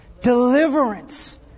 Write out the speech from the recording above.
deliverance